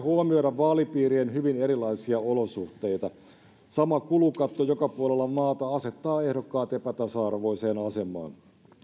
huomioida myöskään vaalipiirien hyvin erilaisia olosuhteita sama kulukatto joka puolella maata asettaa ehdokkaat epätasa arvoiseen asemaan